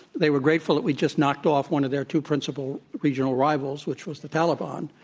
they were grateful that we just knocked off one of their two principal regional rivals, which was the taliban,